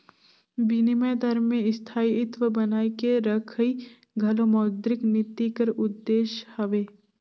बिनिमय दर में स्थायित्व बनाए के रखई घलो मौद्रिक नीति कर उद्देस हवे